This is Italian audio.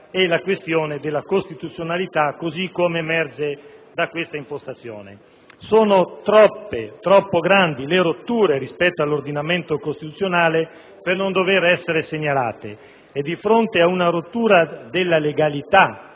e la questione della costituzionalità così come emerge da questa impostazione. Sono troppe e troppo grandi le rotture rispetto all'ordinamento costituzionale per non dover essere segnalate e, di fronte ad una rottura della legalità